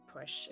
Push